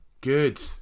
Good